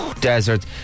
desert